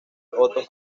otto